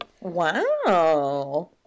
Wow